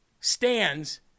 stands